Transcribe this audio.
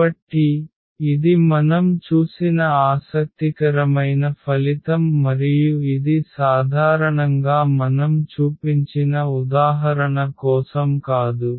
కాబట్టి ఇది మనం చూసిన ఆసక్తికరమైన ఫలితం మరియు ఇది సాధారణంగా మనం చూపించిన ఉదాహరణ కోసం కాదు